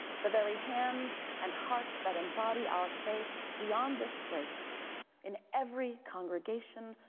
the very hands and hearts that embody our faith beyond this place in every congregation,